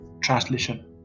Translation